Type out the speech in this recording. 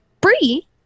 Bree